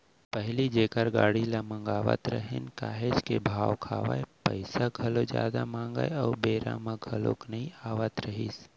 पहिली जेखर गाड़ी ल मगावत रहेन काहेच के भाव खावय, पइसा घलोक जादा मांगय अउ बेरा म घलोक नइ आवत रहिस